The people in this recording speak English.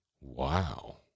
Wow